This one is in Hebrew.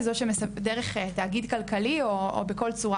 או עם הצללה של פאנלים,